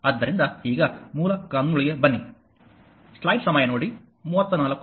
ಆದ್ದರಿಂದ ಈಗ ಮೂಲ ಕಾನೂನುಗಳಿಗೆ ಬನ್ನಿ